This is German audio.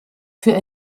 für